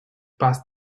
past